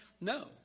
No